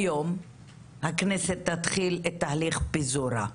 היום הכנסת תתחיל את תהליך פיזורה.